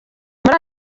muri